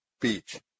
beach